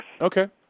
Okay